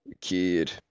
kid